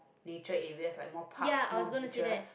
nature areas like more parks more beaches